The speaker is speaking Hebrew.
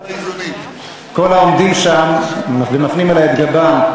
כל העומדים שם ומפנים אלי את גבם,